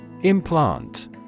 Implant